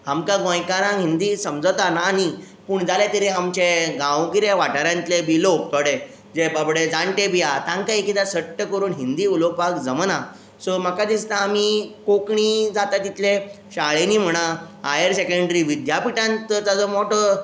आमकां गोंयकारां हिंदी समजता ना न्ही पूण जाल्या तरी आमचे गांवगिऱ्या वाठारांतले लोक थोडे जे बाबडे जाणटे बी आसा तांकां एक एकदां सट्ट करून हिंदी उलोवपाक जमना सो म्हाका दिसता आमी कोंकणी जाता तितले शाळेंनी म्हणा हायर सेकेंडरी विद्यापिटांत तर ताचो मोटो भुमिका आसूंक जाय